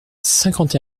cinquante